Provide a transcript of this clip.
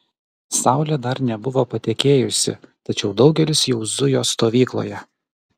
saulė dar nebuvo patekėjusi tačiau daugelis jau zujo stovykloje